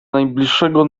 najbliższego